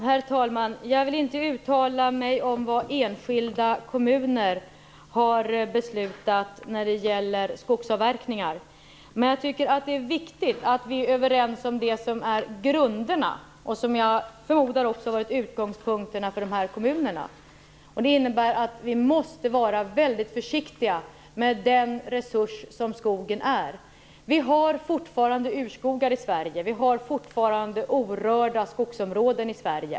Herr talman! Jag vill inte uttala mig om vad enskilda kommuner har beslutat när det gäller skogsavverkningar. Men jag tycker att det är viktigt att vi är överens om det som är grunderna och som jag förmodar också har varit utgångspunkterna för dessa kommuner. Det innebär att vi måste vara mycket försiktiga med den resurs som skogen är. Vi har fortfarande urskogar i Sverige, och vi har fortfarande orörda skogsområden i Sverige.